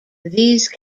these